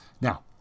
Now